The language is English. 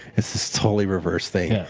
it's this totally reverse thing.